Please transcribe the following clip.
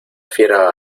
fiera